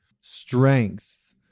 strength